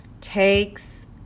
takes